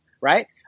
right